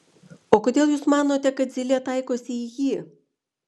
o kodėl jūs manote kad zylė taikosi į jį